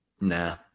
Nah